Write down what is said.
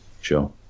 Sure